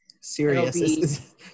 Serious